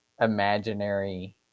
imaginary